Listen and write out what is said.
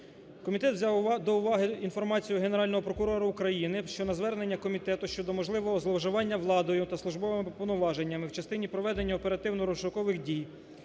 Комітет взяв до уваги інформацію Генерального прокурора України, що на звернення комітету щодо можливого зловживання владою та службовими повноваженнями в частині проведення оперативно-розшукових дій